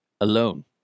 alone